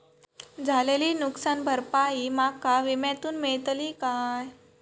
झालेली नुकसान भरपाई माका विम्यातून मेळतली काय?